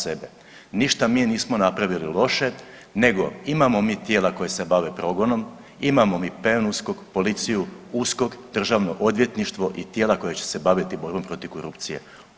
Ništa mi nismo napravili loše, nego imamo mi tijela koja se bave progonom, imamo mi PNUSKOK, policiju, USKOK, Državno odvjetništvo i tijela koja će se baviti borbom protiv korupcije.